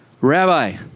Rabbi